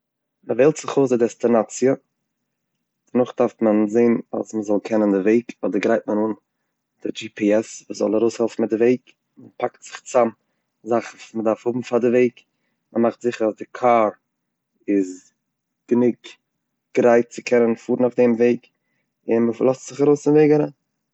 מ'וועלט זיך אויס די דעסטינאציע דערנאך דארף מען זעהן אז מען זאל קענען די וועג אדער גרייט מען אן די דזשי פי עס וואס זאל ארויסהעלפן מיט די וועג, מען פאקט זיך איין די זאכן וואס מען דארף האבן פאר די וועג, מ'מאכט זיכער אז די קאר איז גענוג גרייט צו קענען פארן אויף די וועג און מ'לאזט זיך ארויס אויפן וועג אריין.